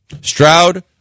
Stroud